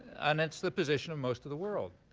and it's the position of most of the world.